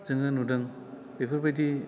जोङो नुदों बेफोरबायदि